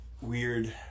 weird